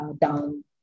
down